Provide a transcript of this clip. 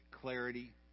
clarity